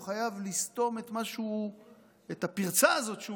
והוא חייב לסתום את הפרצה הזאת בסכר